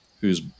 whos